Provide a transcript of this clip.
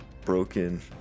broken